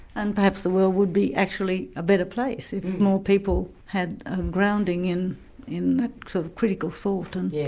and perhaps the world would be actually a better place, if more people had a grounding in in sort of critical thought. and yeah